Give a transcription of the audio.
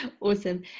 Awesome